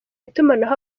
itumanaho